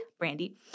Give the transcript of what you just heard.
Brandy